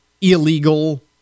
illegal